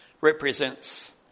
represents